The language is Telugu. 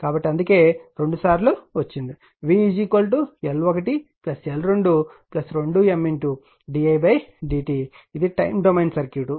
కాబట్టి అందుకే రెండుసార్లు వచ్చింది v L1L22Mdidtఇది టైమ్ డొమైన్ సర్క్యూట్